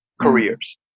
careers